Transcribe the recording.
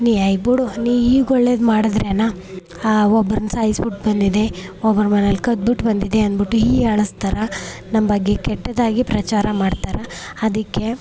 ನೀನು ಏ ಬುಡು ನೀನು ಈಗ ಒಳ್ಳೆದು ಮಾಡ್ಡ್ರೇನು ಒಬ್ರನ್ನ ಸಾಯ್ಸ್ಬುಟ್ಟು ಬಂದಿದೆ ಒಬ್ಬರ ಮನೇಲಿ ಕದ್ಬುಟ್ಟು ಬಂದಿದೆ ಅಂದ್ಬಿಟ್ಟು ಹೀಯಾಳಿಸ್ತಾರ ನಮ್ಮ ಬಗ್ಗೆ ಕೆಟ್ಟದಾಗಿ ಪ್ರಚಾರ ಮಾಡ್ತಾರೆ ಅದಕ್ಕೆ